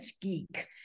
geek